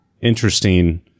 interesting